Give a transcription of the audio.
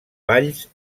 valls